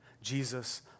Jesus